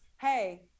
hey